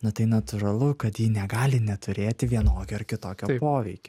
na tai natūralu kad ji negali neturėti vienokio ar kitokio poveikio